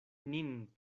nin